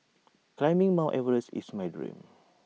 climbing mount Everest is my dream